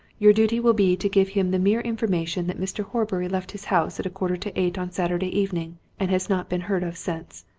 your duty will be to give him the mere information that mr. horbury left his house at a quarter to eight on saturday evening and has not been heard of since.